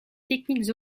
techniques